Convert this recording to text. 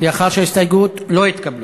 לאחר שההסתייגויות לא התקבלו.